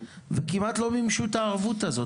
כבר שנתיים שהיא לא מצליחה לרכוש דירה,